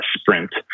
sprint